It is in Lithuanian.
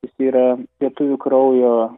jis yra lietuvių kraujo